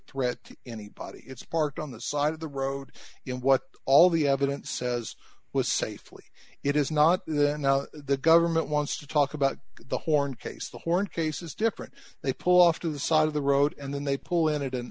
threat to anybody it's parked on the side of the road in what all the evidence says was safely it is not then the government wants to talk about the horn case the horn case is different they pull off to the side of the road and then they pull in it an